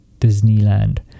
Disneyland